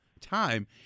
time